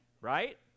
right